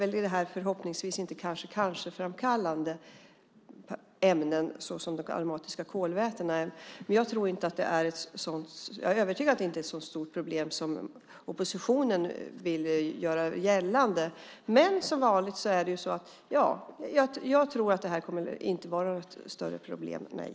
Nu är det förhoppningsvis inte fråga om cancerframkallande ämnen, såsom de aromatiska kolvätena, men jag är övertygad om att det inte är ett så stort problem som oppositionen vill göra gällande. Jag tror alltså inte att det här kommer att vara något större problem, nej.